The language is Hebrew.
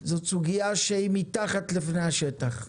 זאת סוגיה שהיא מתחת לפני השטח.